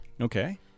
Okay